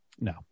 No